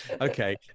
Okay